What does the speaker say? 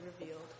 revealed